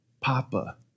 Papa